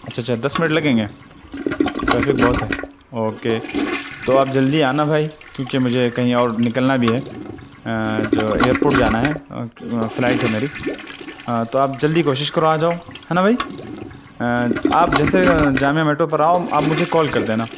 اچھا اچھا دس منٹ لگیں گے ٹریفک بہت ہے اوکے تو آپ جلدی آنا بھائی کیونکہ مجھے کہیں اور نکلنا بھی ہے جو ایئر پورٹ جانا ہے فلائٹ ہے میری تو آپ جلدی کوشش کرو آ جاؤ ہے نا بھائی آپ جیسے جامعہ میٹر پر آؤ آپ مجھے کال کر دینا